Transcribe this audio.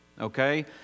okay